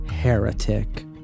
heretic